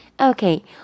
Okay